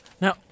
Now